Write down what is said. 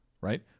right